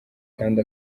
kandi